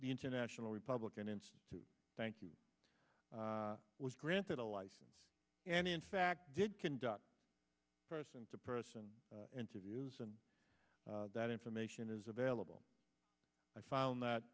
the international republican institute thank you was granted a license and in fact did conduct person to person interviews and that information is available i found that